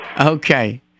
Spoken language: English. Okay